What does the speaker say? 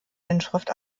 inschrift